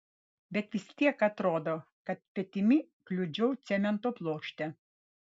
bet vis tiek atrodo kad petimi kliudžiau cemento plokštę